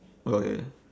okay